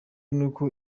n’uko